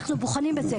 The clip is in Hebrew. אנחנו בוחנים את זה.